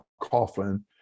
Coffin